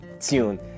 tune